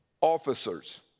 officers